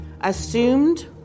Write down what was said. assumed